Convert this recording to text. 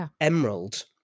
Emerald